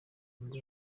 ngo